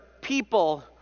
people